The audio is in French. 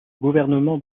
gouvernement